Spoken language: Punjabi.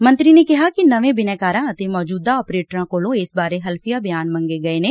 ਮੰਤਰੀ ਨੇ ਕਿਹਾ ਕਿ ਨਵੇਂ ਬਿਨੈਕਾਰਾਂ ਅਤੇ ਮੌਜੁਦਾ ਆਪਰੇਟਰਾਂ ਕੋਲੋ ਇਸ ਬਾਰੇ ਹਲਫੀਆ ਬਿਆਨ ਮੰਗ ਗਏ ਨੇ